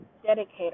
dedicate